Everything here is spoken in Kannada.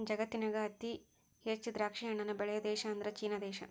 ಜಗತ್ತಿನ್ಯಾಗ ಅತಿ ಹೆಚ್ಚ್ ದ್ರಾಕ್ಷಿಹಣ್ಣನ್ನ ಬೆಳಿಯೋ ದೇಶ ಅಂದ್ರ ಚೇನಾ ದೇಶ